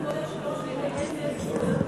היושב-ראש מתעניין מאיזו סיבה?